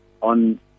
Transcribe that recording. on